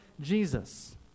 Jesus